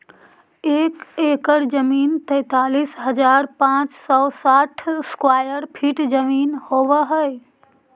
एक एकड़ जमीन तैंतालीस हजार पांच सौ साठ स्क्वायर फीट जमीन होव हई